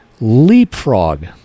leapfrog